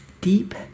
deep